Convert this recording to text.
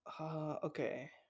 okay